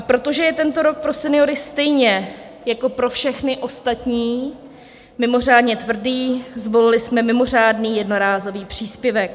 Protože je tento rok pro seniory stejně jako pro všechny ostatní mimořádně tvrdý, zvolili jsme mimořádný jednorázový příspěvek.